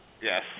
Yes